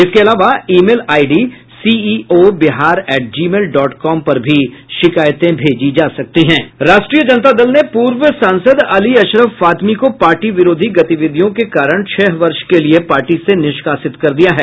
इसके अलावा email ID CEO Bihar at Gmail dot com पर भी शिकायतें भेजी जा सकती हैं राष्ट्रीय जनता दल ने पूर्व सांसद अली अशरफ फातमी को पार्टी विरोधी गतिविधियों के कारण छह वर्ष के लिए पार्टी से निष्कासित कर दिया है